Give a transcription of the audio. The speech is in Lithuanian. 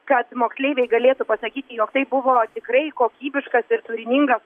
kad moksleiviai galėtų pasakyti jog tai buvo tikrai kokybiškas ir turiningas